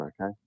Okay